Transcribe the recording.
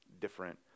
different